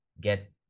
get